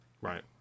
Right